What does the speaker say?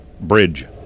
Bridge